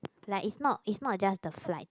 like is not is not just the flight